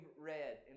read